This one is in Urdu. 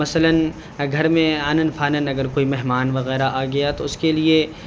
مثلاً گھر میں آناً فاناً اگر کوئی مہمان وغیرہ آ گیا تو اس کے لیے